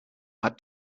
hat